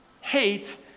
hate